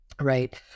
right